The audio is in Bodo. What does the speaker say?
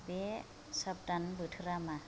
बे साबदान बोथोरा मा